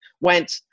went